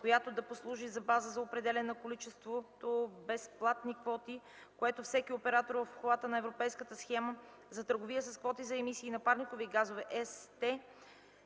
която да послужи за база за определяне на количеството безплатни квоти, което всеки оператор в обхвата на Европейската схема за търговия с квоти за емисии на парникови газове (ЕСТЕ)